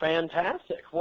Fantastic